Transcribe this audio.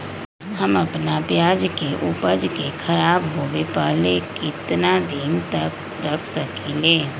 हम अपना प्याज के ऊपज के खराब होबे पहले कितना दिन तक रख सकीं ले?